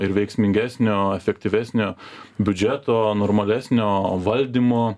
ir veiksmingesnio efektyvesnio biudžeto normalesnio valdymo